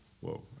Whoa